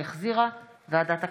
שהחזירה ועדת הכספים.